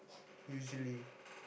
usually